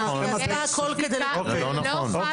זה לא נכון.